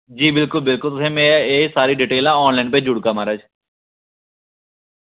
जी बिल्कुल जी बिल्कुल एह् में सारी डिटेलां ऑनलाइन भेजी ओड़गा म्हाराज